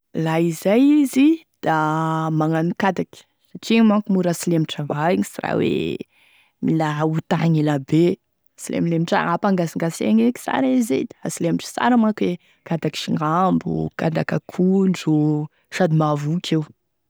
La izay izy da magnano kadaky satria igny manko mora asilemitry avao igny sy raha hoe mila otaigny ela be, silemilemitry agny hampangasingasegny eky sara izy da asilemitry, sara manko e kadaky signambo, kadaky akondro, sady mahavoky io.